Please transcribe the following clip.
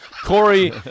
Corey